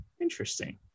interesting